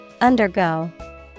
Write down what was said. UNDERGO